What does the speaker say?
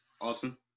Awesome